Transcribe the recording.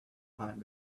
time